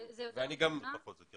זה פחות או יותר 14 מיליון שקל.